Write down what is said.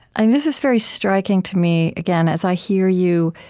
and this is very striking to me, again, as i hear you,